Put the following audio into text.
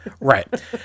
Right